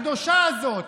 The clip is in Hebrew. הקדושה הזאת,